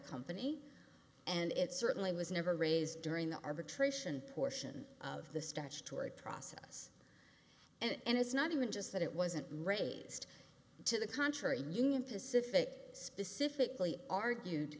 company and it certainly was never raised during the arbitration portion of the statutory process and it's not even just that it wasn't raised to the contrary union pacific specifically argued